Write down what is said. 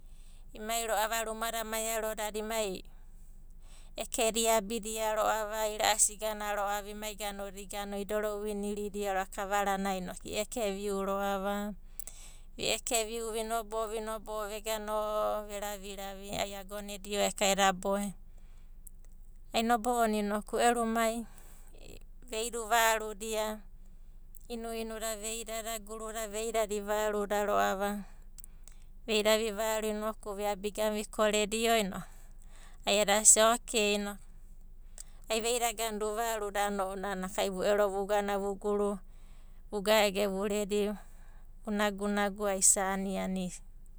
Imai ro'ava rumada maiaro dadai emai ekeda iabidia ro'ava ira'asi igana ro'ava idorauinidia ro'ava kavaranai inoku i eke viu ro'ava. Vi ekeviu vinabo'o, vinabo'o vegano veraviravi. Ai agona edio eka eda boe, ai nobo'ona enoku uero umai veida uva aruda. Inuinu da veidada, guruda veidada iva aruda ro'ava. Veida vivaru inoku viabi vigana vikoredio inoku, ai edasia okei inoku, ai veida uvaruda a'ana ounanai, ai vu ero vugana vuguru, vu gaege vu redi, vu nagunagu ai isa aiani.